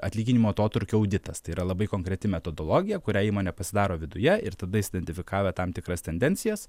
atlyginimų atotrūkio auditas tai yra labai konkreti metodologija kurią įmonė pasidaro viduje ir tada įsiidentifikavę tam tikras tendencijas